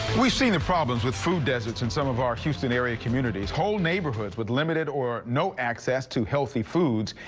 we've seen the problems with food deserts in some of our houston after area communities. whole neighborhoods with limited or no access to healthy foods.